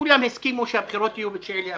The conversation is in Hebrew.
כולם הסכימו שהבחירות יהיו ב-9 באפריל,